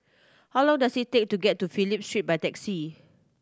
how long does it take to get to Phillip Street by taxi